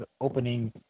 opening